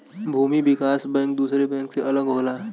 भूमि विकास बैंक दुसरे बैंक से अलग होला